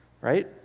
right